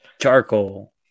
Charcoal